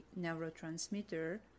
neurotransmitter